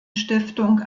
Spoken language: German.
stiftung